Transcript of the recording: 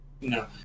no